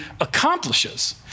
accomplishes